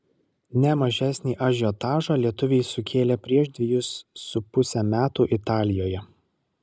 ne mažesnį ažiotažą lietuviai sukėlė prieš dvejus su puse metų italijoje